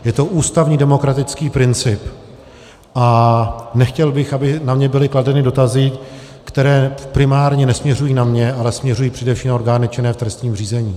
Je to ústavní demokratický princip a nechtěl bych, aby na mě byly kladeny dotazy, které primárně nesměřují na mě, ale směřují především na orgány činné v trestním řízení.